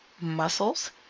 muscles